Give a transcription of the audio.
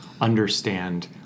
understand